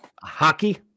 hockey